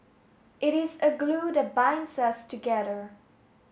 it is a glue that binds us together